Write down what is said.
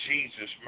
Jesus